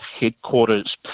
headquarters